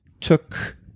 took